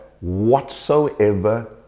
whatsoever